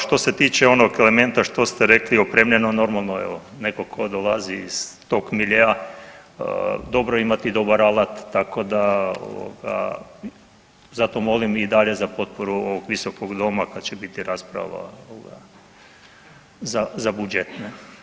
Što se tiče onog elementa, što ste rekli, opremljeno, normalno, evo, netko tko dolazi iz tog miljea, dobro je imati dobar alat, tako da ovoga, zato molim i dalje za potporu ovog Visokog doma kad će biti rasprava za budžet, ne?